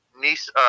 Nice